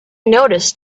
noticed